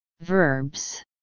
verbs